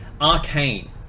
Arcane